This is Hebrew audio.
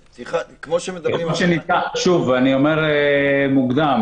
שוב, אני אומר "מוקדם".